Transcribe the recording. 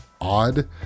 odd